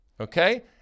okay